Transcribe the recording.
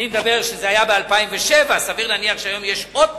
זה היה ב-2007, סביר להניח שהיום יש עוד פחות,